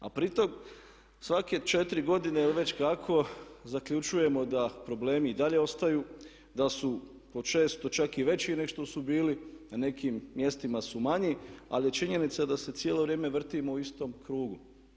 A pritom svake 4 godine ili već kako zaključujemo da problemi i dalje ostaju, da su počesto čak i veći nego što su bili, na nekim mjestima su manji, ali je činjenica da se cijelo vrijeme vrtimo u istom krugu.